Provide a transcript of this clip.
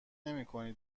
نمیکنی